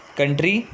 Country